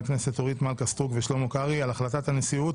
הכנסת אורית מלכה סטרוק ושלמה קרעי על החלטת הנשיאות